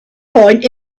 point